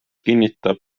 kinnitab